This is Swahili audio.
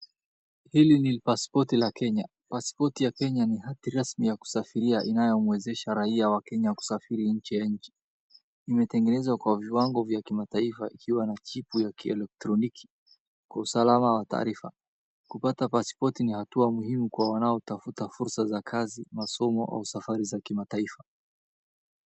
Hili ni paspoti la Kenya. Paspoti ya Kenya ni hati rasmi ya kusafiria inayomwezesha raiya wa Kenya kusafiri nchi ya nje. Imetengenezwa kwa viwango vya kimataifa ikiwa na chipu ya kielektroniki kwa usalama wa taarifa. Kupata paspoti ni hatua muhimu kwa wanaotafuta fursa za kazi, masomo au safari za kimataifa.